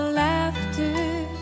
laughter